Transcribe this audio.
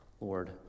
Lord